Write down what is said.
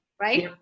right